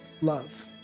love